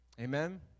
Amen